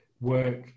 work